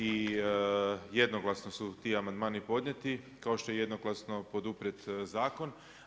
I jednoglasno su ti amandmani podnijeti kao što je jednoglasno poduprijeti zakon.